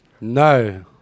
No